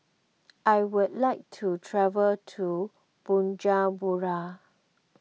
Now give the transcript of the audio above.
I would like to travel to Bujumbura